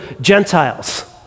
Gentiles